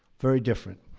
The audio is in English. very different.